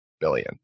billion